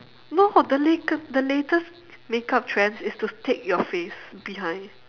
no the latest the latest makeup trends is to tape your face behind